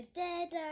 dead